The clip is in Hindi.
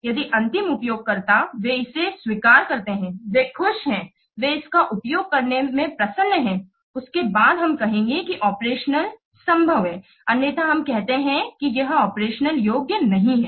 यदि अंतिम उपयोगकर्ता वे इसे स्वीकार करते हैं वो खुश हैं वे इसका उपयोग करने में प्रसन्न हैं उसके बाद हम कहते हैं कि ऑपरेशन संभव है अन्यथा हम कहते हैं कि यह ऑपरेशन योग्य नहीं है